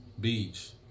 Beach